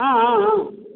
ஆ ஆ ஆ